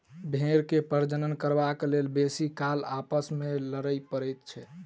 भेंड़ के प्रजनन करबाक लेल बेसी काल आपस मे लड़य पड़ैत छै